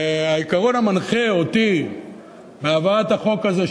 והעיקרון המנחה אותי בהבאת החוק הזה,